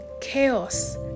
chaos